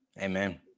Amen